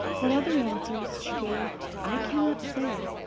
what other answers she gave i cannot say,